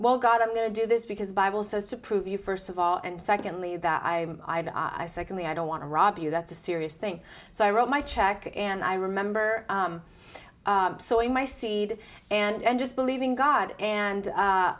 well god i'm going to do this because the bible says to prove you first of all and secondly that i'm i second the i don't want to rob you that's a serious thing so i wrote my check and i remember so in my seed and just believe in god and